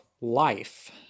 life